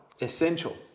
essential